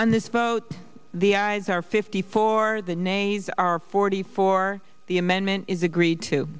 on this vote the ayes are fifty four the names are forty four the amendment is agreed to